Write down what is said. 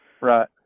right